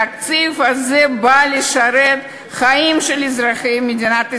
התקציב הזה בא לשרת חיים של אזרחי מדינת ישראל,